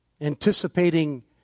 anticipating